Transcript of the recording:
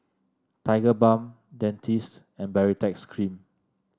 Tigerbalm Dentiste and Baritex Cream